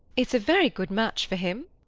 it's a very good match for him.